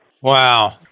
Wow